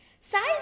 Size